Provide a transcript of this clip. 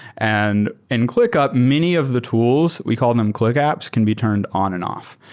and in clickup, many of the tools, we call them clickup apps, can be turned on and off.